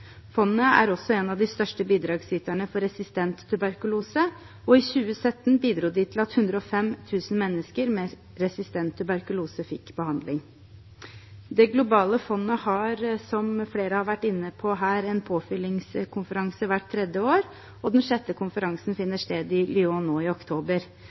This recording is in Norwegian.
Fondet er også en av de største bidragsyterne til arbeidet mot resistent tuberkulose og bidro i 2017 til at 105 000 mennesker med resistent tuberkulose fikk behandling. Det globale fondet har, som flere har vært inne på her, en påfyllingskonferanse hvert tredje år, og den sjette konferansen finner sted i Lyon i oktober